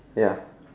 ya